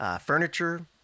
furniture